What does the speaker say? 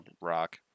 rock